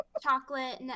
chocolate